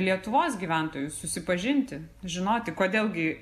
lietuvos gyventojus susipažinti žinoti kodėl gi